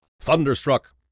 thunderstruck